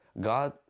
God